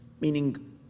Meaning